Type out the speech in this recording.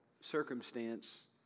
circumstance